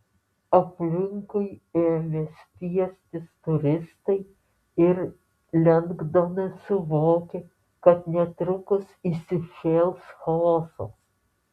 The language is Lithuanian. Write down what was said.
aplinkui ėmė spiestis turistai ir lengdonas suvokė kad netrukus įsišėls chaosas